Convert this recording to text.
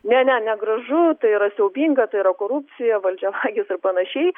ne ne negražu tai yra siaubinga tai yra korupcija valdžiavagis ir panašiai